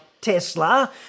Tesla